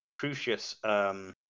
Crucius